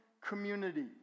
community